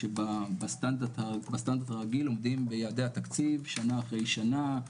שבסטנדרט הרגיל עומדים ביעדי התקציב שנה אחרי שנה.